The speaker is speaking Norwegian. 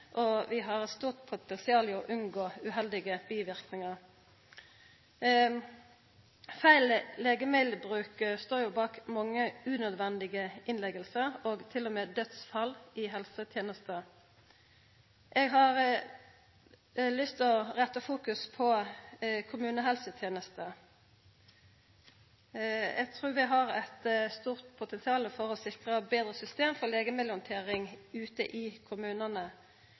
og vi har eit stort potensial for å unngå uheldige biverknader. Feil legemiddelbruk står bak mange unødvendige innleggingar, til og med dødsfall, i helsetenesta. Eg har lyst til å retta fokus på kommunehelsetenesta. Eg trur vi har eit stort potensial for å sikra betre system for legemiddelhandtering ute i kommunane.